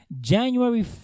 January